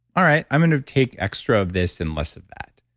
alright, i'm going to take extra of this and less of that.